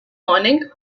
morning